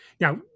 Now